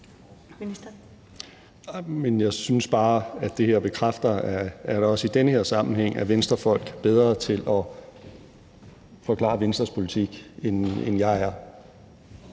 Jeg synes bare, at det her bekræfter, at også i den her sammenhæng er Venstrefolk bedre til at forklare Venstres politik, end jeg er.